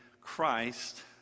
Christ